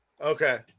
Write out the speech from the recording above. Okay